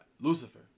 Lucifer